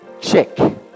check